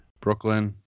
Brooklyn